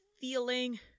feeling